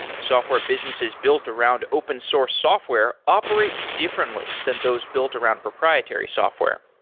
software businesses built around open source software operate differently than those built around proprietary software.